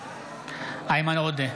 איימן עודה,